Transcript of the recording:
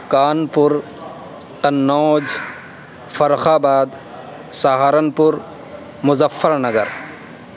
Kanpur Kannauj Farrukhabad Saharanpur Muzaffar Nagar